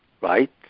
right